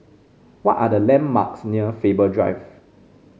what are the landmarks near Faber Drive